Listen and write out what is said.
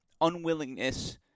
unwillingness